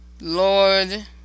Lord